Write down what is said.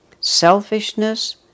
selfishness